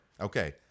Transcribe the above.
Okay